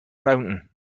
fountain